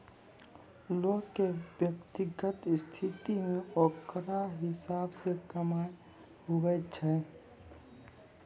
लोग के व्यक्तिगत स्थिति मे ओकरा हिसाब से कमाय हुवै छै